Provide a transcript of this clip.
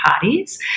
parties